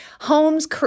homes